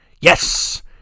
yes